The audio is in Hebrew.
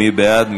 מי בעד?